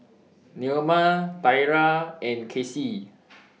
Naoma Thyra and Casie